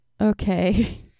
Okay